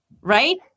right